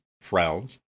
frowns